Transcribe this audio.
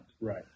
Right